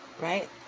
right